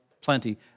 plenty